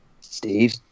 steve